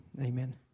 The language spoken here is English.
Amen